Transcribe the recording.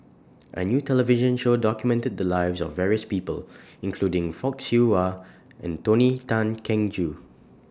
A New television Show documented The Lives of various People including Fock Siew Wah and Tony Tan Keng Joo